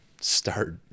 start